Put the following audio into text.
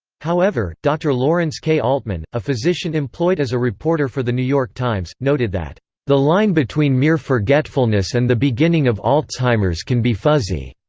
however, dr. lawrence k. altman, a physician employed as a reporter for the new york times, noted that the line between mere forgetfulness and the beginning of alzheimer's can be fuzzy,